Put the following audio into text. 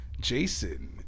Jason